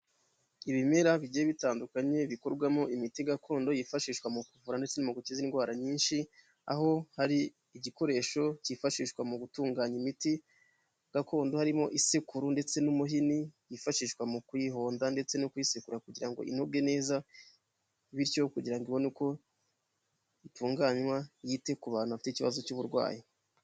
Ibimera bigiye bitandukanye bikorwamo imiti gakondo yifashishwa mu kuvura ndetse no gukiza indwara nyinshi, aho hari igikoresho kifashishwa mu gutunganya imiti gakondo, harimo isekuru, ndetse n'umuhini, yifashishwa mu kuyihonda ndetse no kuyisekura kugira ngo inoge neza, bityo kugira ngo ibone uko itunganywa yite ku bantu bafite ikibazo cy'uburwayi.